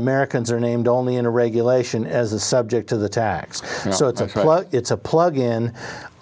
americans are named only in a regulation as a subject to the tax so it's a it's a plug in